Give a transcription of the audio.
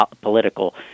political